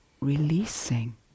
releasing